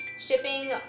shipping